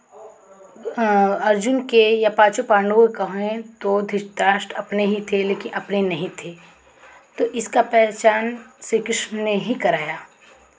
अर्जुन के या पांचों पांडवों कहें तो धृतराष्ट्र अपने ही थे लेकिन अपने नहीं थे तो इसका पहचान श्री कृष्ण ने हीं कराया